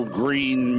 green